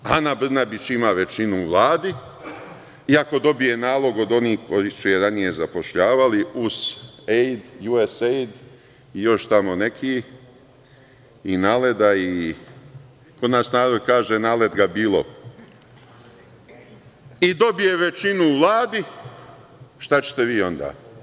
Ana Brnabić ima većinu u Vladi i ako dobije nalog od onih koji su je ranije zapošljavali, USAID i još tamo neki i NALEDA, kod nas narod kaže – Nalet ga bilo i dobije većinu u Vladi, šta ćete vi onda.